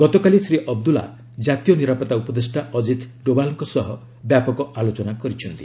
ଗତକାଲି ଶ୍ରୀ ଅବଦୁଲ୍ଲା କାତୀୟ ନିରାପତା ଉପଦେଷ୍ଟା ଅଜିତ ଡୋଭାଲଙ୍କ ସହ ବ୍ୟାପକ ଆଲୋଚନା କରିଛନ୍ତି